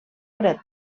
paret